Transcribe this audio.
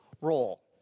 role